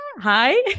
Hi